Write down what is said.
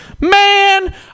man